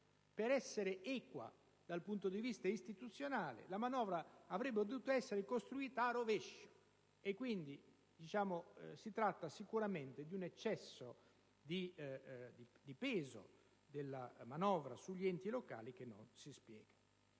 Per essere equa dal punto di vista istituzionale, la manovra avrebbe dovuto essere costruita a rovescio; quindi, si tratta sicuramente di un eccesso di peso della manovra sugli enti locali che non si spiega.